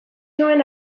nuen